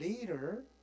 later